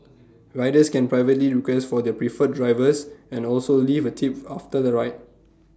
riders can privately request for their preferred drivers and also leave A tip after the ride